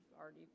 already